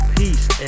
peace